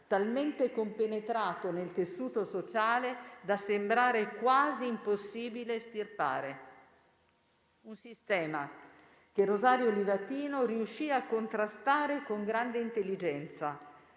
talmente compenetrato nel tessuto sociale da sembrare quasi impossibile estirpare. Un sistema che Rosario Livatino riuscì a contrastare con grande intelligenza.